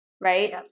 Right